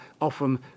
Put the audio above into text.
often